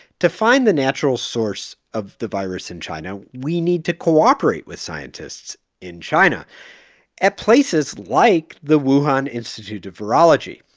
to find the natural source of the virus in china, we need to cooperate with scientists in china at places like the wuhan institute institute of virology.